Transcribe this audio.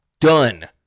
done